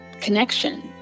connection